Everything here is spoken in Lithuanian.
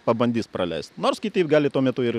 pabandys praleist nors kitai gali tuo metu ir